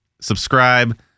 subscribe